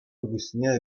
пуҫне